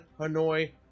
Hanoi